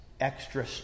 extra